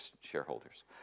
shareholders